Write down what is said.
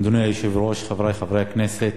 אדוני היושב-ראש, חברי חברי הכנסת,